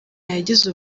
yagize